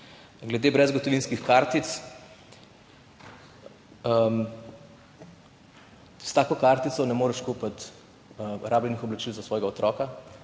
Glede brezgotovinskih kartic. S tako kartico ne moreš kupiti rabljenih oblačil za svojega otroka,